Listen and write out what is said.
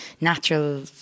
natural